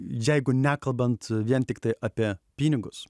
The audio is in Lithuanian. jeigu nekalbant vien tiktai apie pinigus